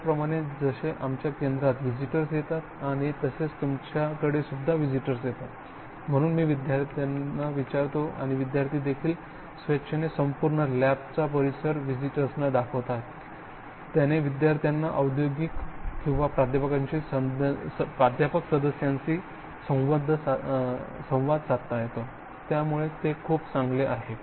त्याचप्रमाणे जसे आमच्या केंद्रात विजिटर्स येतात आणि तसेच तुमच्याकडे सुधा विजिटर्स येतात म्हणून मी विद्यार्थी विचारतो आणि विद्यार्थी देखील स्वेछेणे संपूर्ण लॅब चा परिसर विजिटर्स ना दाखवता त्याने विद्यार्थ्यांना औद्योगिक किंवा प्राध्यापक सदस्यांशी संवाद साधता येतो त्यामुळे ते खूप चांगले आहे